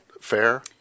fair